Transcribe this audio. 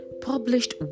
published